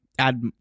add